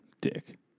Dick